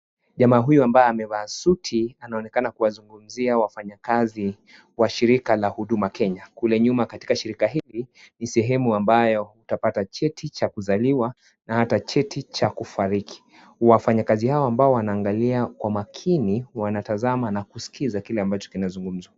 Jamaa huyu ambaye amevaa suti, anaonekana kuwazungizia wafanyakazi wa shirika la Huduma Kenya. Kule nyuma katika shirika hili ni sehemu ambayo utapata cheti Cha kuzaliwa na hata cheti Cha kufariki. Wafanyakazi Hao ambao wanaangalia kwa makini, wanatazama na kuskiza kile ambacho kinazungumzwa.